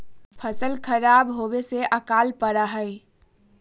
फसल खराब होवे से अकाल पडड़ा हई